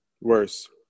worse